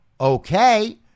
okay